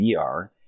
vr